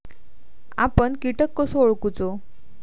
आपन कीटक कसो ओळखूचो?